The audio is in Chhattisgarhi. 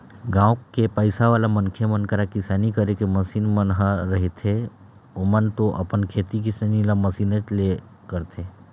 गाँव के पइसावाला मनखे मन करा किसानी करे के मसीन मन ह रहिथेए ओमन तो अपन खेती किसानी ल मशीनेच ले करथे